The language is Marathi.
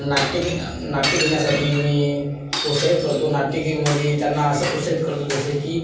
नाट्यक नाट्य घेण्यासाठी मी प्रोत्साहित करतो नाट्यकीमध्ये त्यांना असं प्रोत्साहित करतो जसं की